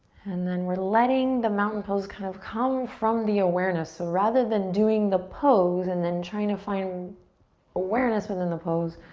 and then we're letting the mountain pose kind of come from the awareness. so rather than doing the pose and then trying to find awareness within the pose,